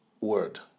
word